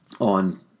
on